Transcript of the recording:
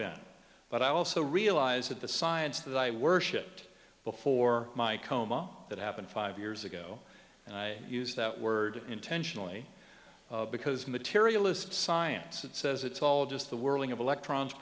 been but i also realize that the science that i worshiped before my coma that happened five years ago and i use that word intentionally because materialist science that says it's all just the whirling of electrons